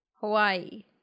Hawaii